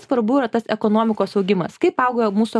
svarbu yra tas ekonomikos augimas kaip auga mūsų